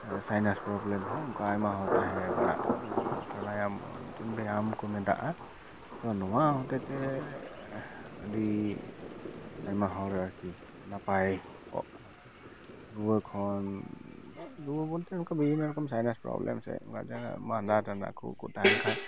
sinus problem ᱦᱚᱸ ᱚᱱᱠᱟ ᱟᱭᱢᱟ ᱦᱚᱲ ᱛᱟᱦᱮᱸ ᱵᱟᱲᱟᱜ ᱛᱟᱠᱚᱣᱟ ᱯᱨᱟᱱᱟᱭᱟᱢ ᱢᱤᱫᱴᱮᱱ ᱵᱮᱭᱟᱢ ᱠᱚ ᱢᱮᱛᱟᱜᱼᱟ ᱛᱚ ᱱᱚᱣᱟ ᱦᱚᱛᱮᱛᱮ ᱟᱹᱰᱤ ᱟᱭᱢᱟ ᱦᱚᱲ ᱟᱨᱠᱤ ᱱᱟᱯᱟᱭ ᱠᱚᱜ ᱠᱟᱱᱟ ᱠᱚ ᱨᱩᱣᱟᱹ ᱠᱷᱚᱱ ᱨᱩᱣᱟᱹ ᱵᱚᱞᱛᱮ ᱱᱚᱝᱠᱟ ᱵᱤᱵᱷᱤᱱᱱᱚ ᱨᱚᱠᱚᱢ ᱥᱟᱭᱱᱟᱥ ᱯᱨᱚᱵᱞᱮᱢ ᱥᱮ ᱚᱱᱠᱟ ᱡᱟᱦᱟᱱᱟᱜ ᱢᱟᱸᱫᱟ ᱴᱟᱸᱫᱟ ᱠᱷᱩᱜ ᱠᱚ ᱛᱟᱦᱮᱸ ᱠᱷᱟᱱ